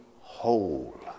whole